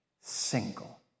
single